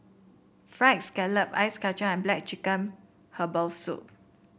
fried scallop Ice Kacang and black chicken Herbal Soup